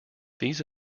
these